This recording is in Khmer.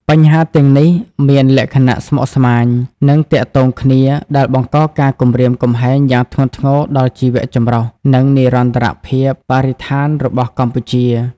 បញ្ហាទាំងនេះមានលក្ខណៈស្មុគស្មាញ និងទាក់ទងគ្នា ដែលបង្កការគំរាមកំហែងយ៉ាងធ្ងន់ធ្ងរដល់ជីវៈចម្រុះ និងនិរន្តរភាពបរិស្ថានរបស់កម្ពុជា។